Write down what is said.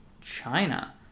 China